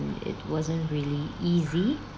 it wasn't really easy